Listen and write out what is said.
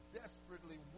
desperately